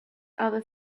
other